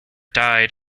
died